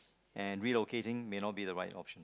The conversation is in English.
and relocating may not be the right option